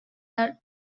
are